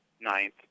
ninth